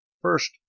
First